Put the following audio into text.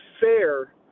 fair